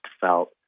felt